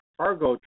cargo